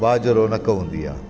वाह जो रौनक हूंदी आहे